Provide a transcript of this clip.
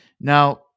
Now